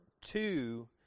two